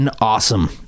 awesome